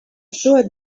sure